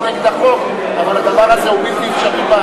אבל הדבר הזה הוא בלתי אפשרי,